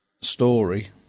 story